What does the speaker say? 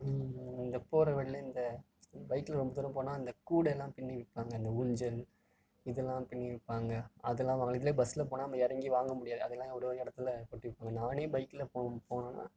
இந்த போகிற வழியில் இந்த பைக்கில் ரொம்ப தூரம் போனால் இந்த கூடைலாம் பின்னி விற்பாங்க இந்த ஊஞ்சல் இதெல்லாம் பின்னி விற்பாங்க அதலாம் வாங்கலாம் இதில் பஸ்ஸில் போனால் நம்ம இறங்கி வாங்க முடியாது அதலாம் ஒரு ஒரு இடத்துல போட்டு விற்பாங்க நானே பைக்கில் போகும் போனேன்னால்